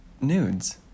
Nudes